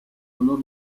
valor